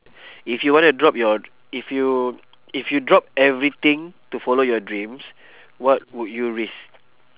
if you wanna drop your if you if you drop everything to follow your dreams what would you risk